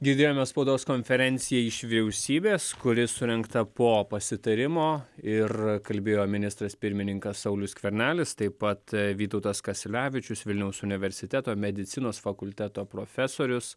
girdėjome spaudos konferenciją iš vyriausybės kuri surengta po pasitarimo ir kalbėjo ministras pirmininkas saulius skvernelis taip pat vytautas kasiulevičius vilniaus universiteto medicinos fakulteto profesorius